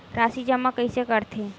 राशि जमा कइसे करथे?